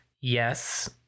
yes